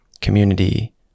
community